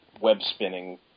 web-spinning